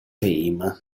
fame